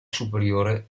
superiore